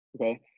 okay